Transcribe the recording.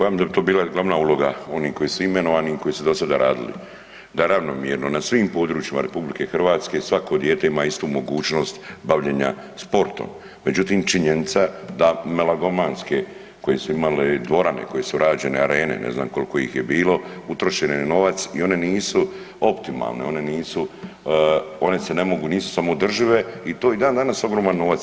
Ja mislim da bi to bila glavna uloga onih koji su imenovani, koji su do sada radili da ravnomjerno na svim područjima RH svako dijete ima istu mogućnost bavljenja sportom međutim činjenica da megalomanske koje su imali dvorane, koje su rađene, arene, ne znam koliko ih je bilo, utrošen je novac i one nisu optimalne, one se ne mogu, nisu samoodržive i to je dandanas ogroman novac.